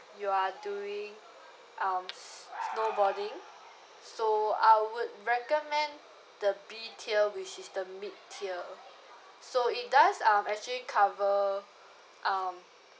you are doing um s~ snowboarding so I would recommend the B tier which is the mid tier so it does um actually cover um